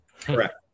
Correct